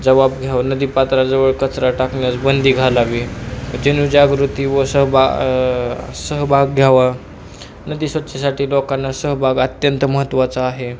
जवाब घ्यावं नदी पात्राजवळ कचरा टाकण्यास बंदी घालावी जनजागृती व सहबा सहभाग घ्यावं नदी स्वच्छतेसाठी लोकांचा सहभाग अत्यंत महत्त्वाचा आहे